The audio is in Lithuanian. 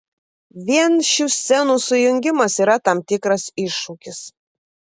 vien šių scenų sujungimas yra tam tikras iššūkis